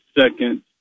second